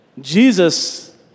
Jesus